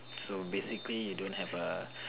so basically you don't have a